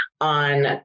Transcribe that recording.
on